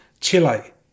Chile